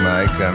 Mike